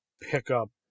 pickup